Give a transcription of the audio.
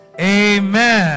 Amen